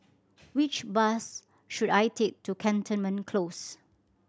which bus should I take to Cantonment Close